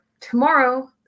tomorrow